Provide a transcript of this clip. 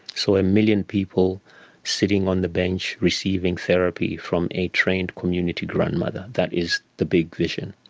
so a million people sitting on the bench receiving therapy from a trained community grandmother, that is the big vision.